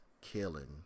killing